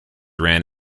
ran